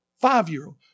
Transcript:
Five-year-old